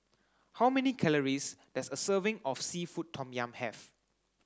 how many calories does a serving of seafood tom yum have